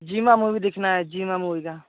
जीमा movie देखना है Jeeva movie का